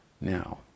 now